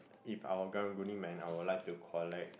if I were karang-guni man I will like to collects